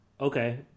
Okay